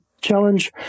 challenge